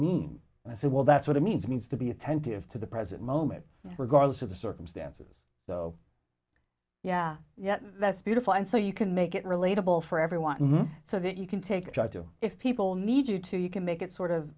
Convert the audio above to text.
mean and i said well that's what it means means to be attentive to the present moment regardless of the circumstances yeah yeah that's beautiful and so you can make it relatable for everyone so that you can take try to if people need you to you can make it sort of